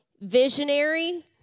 visionary